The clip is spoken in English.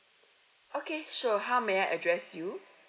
okay sure how may I address you